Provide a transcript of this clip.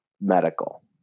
medical